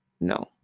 No